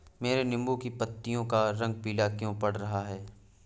मेरे नींबू की पत्तियों का रंग पीला क्यो पड़ रहा है?